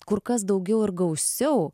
kur kas daugiau ir gausiau